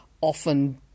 often